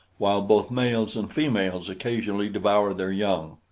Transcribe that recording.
while both males and females occasionally devour their young.